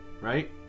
Right